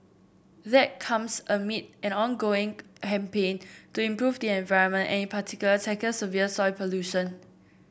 that comes amid an ongoing campaign to improve the environment and in particular tackle severe soil pollution